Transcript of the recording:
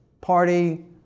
party